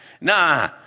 Nah